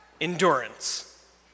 endurance